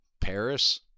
Paris